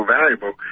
valuable